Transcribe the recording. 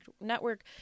network